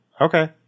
okay